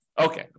Okay